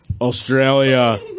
Australia